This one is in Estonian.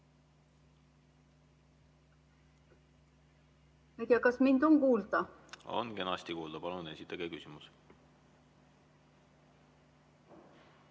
Kas mind on kuulda? On kenasti kuulda, palun esitage küsimus!